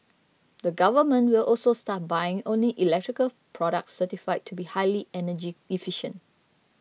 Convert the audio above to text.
the government will also start buying only electrical products certified to be highly energy efficient